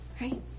Right